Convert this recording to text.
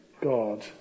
God